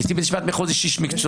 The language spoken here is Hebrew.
נשיא בית משפט מחוזי שהוא איש מקצוע.